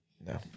no